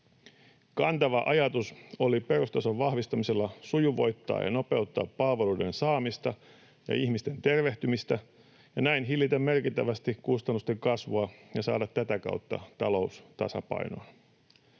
Kantava ajatus oli perustason vahvistamisella sujuvoittaa ja nopeuttaa palveluiden saamista ja ihmisten tervehtymistä ja näin hillitä merkittävästi kustannusten kasvua ja saada tätä kautta talous tasapainoon.